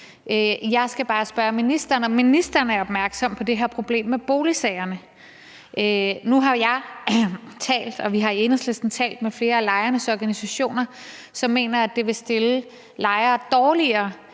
Jeg skal bare spørge ministeren, om han er opmærksom på det her problem med boligsagerne. Nu har jeg talt, og vi har i Enhedslisten talt med flere af lejernes organisationer, som mener, at det vil stille lejere dårligere,